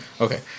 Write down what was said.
Okay